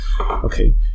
Okay